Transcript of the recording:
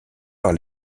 par